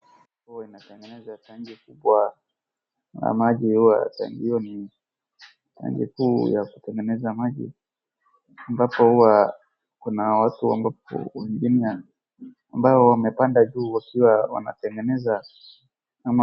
Huwa inatengenezwa tangi kubwa la maji huwa tangi hio ni tangi kuu ya kutengeneza maji, ambapo huwa kuna watu ambapo wengine ambao wamepanda juu wakiwa wanatengeneza ama.